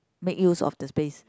make use of the space